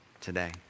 today